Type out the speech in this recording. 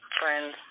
friends